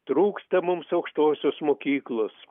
trūksta mums aukštosios mokyklos